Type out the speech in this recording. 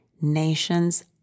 nations